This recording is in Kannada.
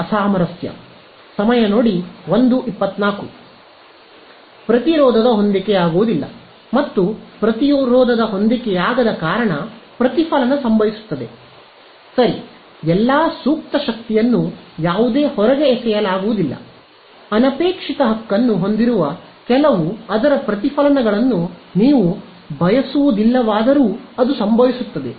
ಅಸಾಮರಸ್ಯ ಪ್ರತಿರೋಧದ ಹೊಂದಿಕೆಯಾಗುವುದಿಲ್ಲ ಮತ್ತು ಪ್ರತಿರೋಧದ ಹೊಂದಿಕೆಯಾಗದ ಕಾರಣ ಪ್ರತಿಫಲನ ಸಂಭವಿಸುತ್ತದೆ ಸರಿ ಎಲ್ಲಾ ಸೂಕ್ತ ಶಕ್ತಿಯನ್ನು ಯಾವುದೇ ಹೊರೆಗೆ ಎಸೆಯಲಾಗುವುದಿಲ್ಲ ಅನಪೇಕ್ಷಿತ ಹಕ್ಕನ್ನು ಹೊಂದಿರುವ ಕೆಲವು ಅದರ ಪ್ರತಿಫಲನಗಳನ್ನು ನೀವು ಬಯಸುವುದಿಲ್ಲವಾದರೂ ಅದು ಸಂಭವಿಸುತ್ತದೆ